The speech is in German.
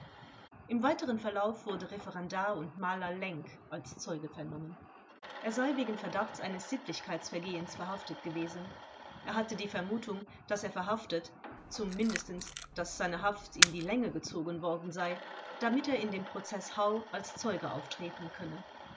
im weiteren verlauf wurde referendar und maler lenk als zeuge vernommen er sei wegen verdachts eines sittlichkeitsvergehens verhaftet gewesen er hatte die vermutung daß er verhaftet zum mindestens daß seine haft in die länge gezogen worden sei damit er in dem prozeß hau als zeuge auftreten könne